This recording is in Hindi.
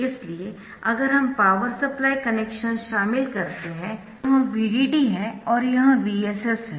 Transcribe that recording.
इसलिए अगर हम पावर सप्लाई कनेक्शंस शामिल करते है तो यह VDD है और यह VSS है